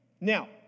Now